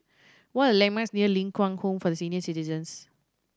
what are the landmarks near Ling Kwang Home for Senior Citizens